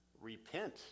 repent